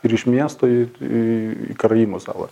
ir iš miesto į į karaimų salą